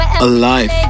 Alive